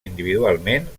individualment